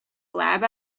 lab